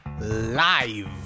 live